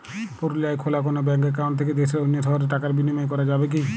পুরুলিয়ায় খোলা কোনো ব্যাঙ্ক অ্যাকাউন্ট থেকে দেশের অন্য শহরে টাকার বিনিময় করা যাবে কি?